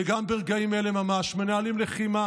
וגם ברגעים אלה ממש מנהלים לחימה